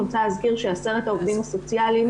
אני רוצה להזכיר שעשרת העובדים הסוציאליים